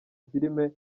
filime